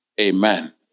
Amen